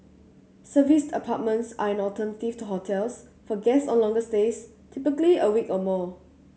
serviced apartments are an alternative to hotels for guests on longer stays typically a week or more